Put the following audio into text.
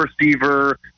receiver